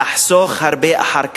תחסוך הרבה אחר כך,